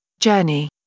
Journey